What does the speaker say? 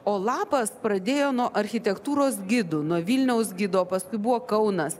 o lapas pradėjo nuo architektūros gidų nuo vilniaus gido paskui buvo kaunas